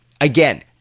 Again